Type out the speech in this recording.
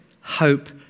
hope